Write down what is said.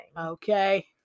Okay